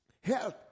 Health